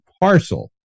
parcel